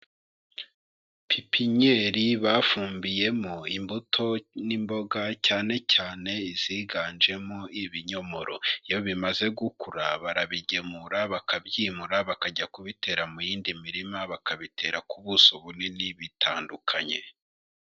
Pipinyeri bafumbiyemo imbuto n'imboga cyane cyane iziganjemo ibinyomoro. Iyo bimaze gukura barabigemura, bakabyimura, bakajya kubitera mu yindi mirima bakabitera ku buso bunini bitandukanye.